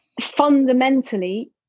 fundamentally